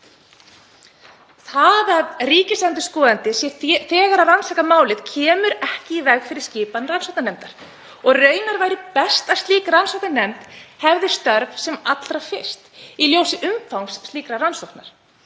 Það að ríkisendurskoðandi sé þegar að rannsaka málið kemur ekki í veg fyrir skipan rannsóknarnefndar og raunar væri best að slík rannsóknarnefnd hefði störf sem allra fyrst í ljósi umfangs slíkrar rannsóknar.